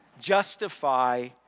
justify